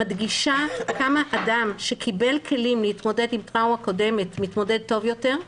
מדגישה כמה אדם שקיבל כלים להתמודד עם טראומה קודמת מתמודד טוב יותר,